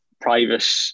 private